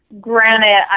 Granted